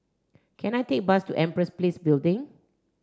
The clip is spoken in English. can I take a bus to Empress Place Building